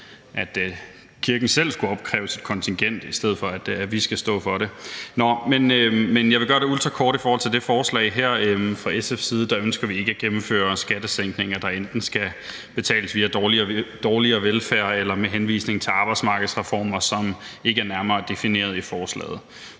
at kirken selv skulle opkræve sit kontingent, i stedet for at vi skal stå for det. Nå, men jeg vil gøre det ultrakort i forhold til det forslag her. Fra SF's side ønsker vi ikke at gennemføre skattesænkninger, der enten skal betales via dårligere velfærd eller med henvisning til arbejdsmarkedsreformer, som ikke er nærmere defineret i forslaget.